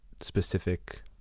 specific